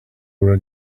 were